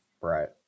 right